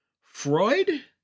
Freud